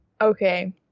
okay